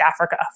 Africa